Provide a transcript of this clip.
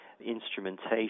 instrumentation